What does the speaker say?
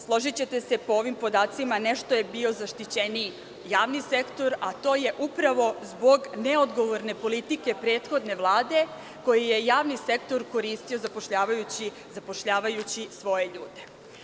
Složićete se, po ovim podacima nešto je bio zaštićeniji javni sektor, a to je upravo zbog neodgovorne politike prethodne Vlade koji je javni sektor koristio zapošljavajući svoje ljude.